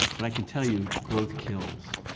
but i can tell you, growth kills.